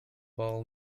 all